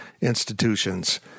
institutions